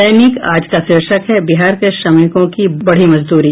दैनिक आज का शीर्षक है बिहार के श्रमिकों की बढ़ी मजदूरी